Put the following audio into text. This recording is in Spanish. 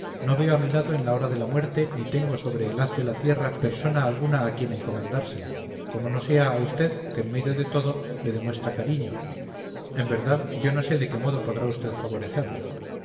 no veo a mi lado en la hora de la muerte ni tengo sobre el haz de la tierra persona alguna a quien encomendársela como no sea a usted que en medio de todo le demuestra cariño en verdad yo no sé de qué modo podrá usted favorecerla